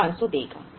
हमें 500 देगा